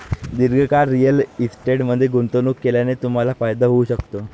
दीर्घकाळ रिअल इस्टेटमध्ये गुंतवणूक केल्याने तुम्हाला फायदा होऊ शकतो